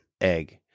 egg